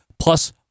plus